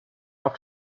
auf